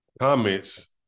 comments